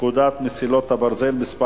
פקודת מסילות הברזל (מס'